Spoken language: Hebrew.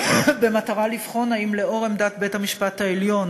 במטרה לבחון אם לאור עמדת בית-המשפט העליון